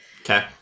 Okay